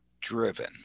driven